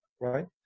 right